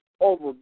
over